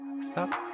stop